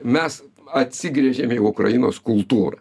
mes atsigręžėm į ukrainos kultūrą